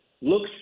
looks